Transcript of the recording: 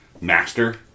master